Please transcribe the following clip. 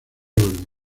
orden